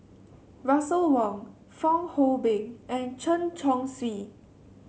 Russel Wong Fong Hoe Beng and Chen Chong Swee